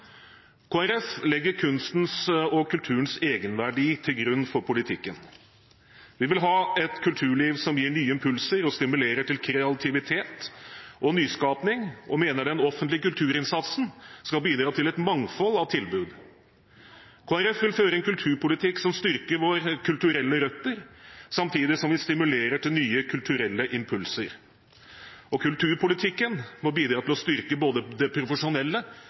Folkeparti legger kunstens og kulturens egenverdi til grunn for politikken. Vi vil ha et kulturliv som gir nye impulser og stimulerer til kreativitet og nyskaping, og mener den offentlige kulturinnsatsen skal bidra til et mangfold av tilbud. Kristelig Folkeparti vil føre en kulturpolitikk som styrker våre kulturelle røtter, samtidig som vi stimulerer til nye kulturelle impulser. Og kulturpolitikken må bidra til å styrke både det profesjonelle